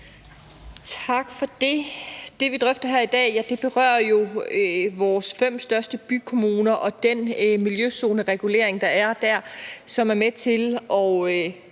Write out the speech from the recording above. Tak for det. Det, vi drøfter her i dag, berører jo vores fem største bykommuner og den miljøzoneregulering, der er dér, som er med til